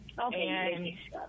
Okay